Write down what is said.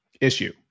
issue